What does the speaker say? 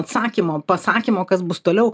atsakymo pasakymo kas bus toliau